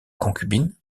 concubine